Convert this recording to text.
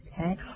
okay